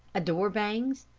a door banged,